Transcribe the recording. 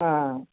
ਹਾਂ